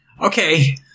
Okay